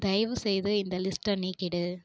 தயவுசெய்து இந்த லிஸ்ட்டை நீக்கிவிடு